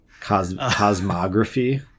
Cosmography